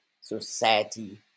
society